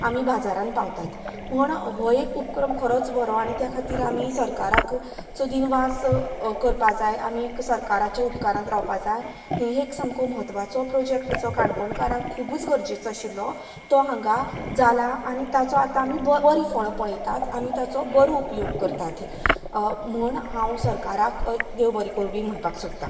आमी बाजारांत पावतात म्हूण हो एक उपक्रम खरोच बरो आनी त्या खातीर आमी सरकाराचो दिनवास करपाक जाय आमी सरकाराच्या उपकारांत रावपाक जाय हें एक सामको म्हत्वाचो प्रोजेक्ट जो काणकोणकारांक खूबच गरजेचो आशिल्लो तो हांगा जाला आनी ताजो आतां आमी बरें फळ पळेतात आमी ताजो बरो उपयोग करतात म्हूण हांव सरकाराक देव बरें करूं बी म्हणपाक सोदतां